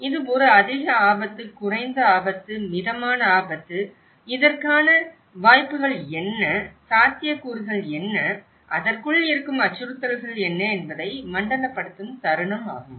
இது ஒரு அதிக ஆபத்து குறைந்த ஆபத்து மிதமான ஆபத்து இதற்கான வாய்ப்புகள் என்ன சாத்தியக்கூறுகள் என்ன அதற்குள் இருக்கும் அச்சுறுத்தல்கள் என்ன என்பதை மண்டலப்படுத்தும் தருணம் ஆகும்